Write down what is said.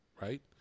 right